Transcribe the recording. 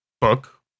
book